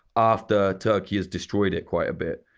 after turkey has destroyed it quite a bit.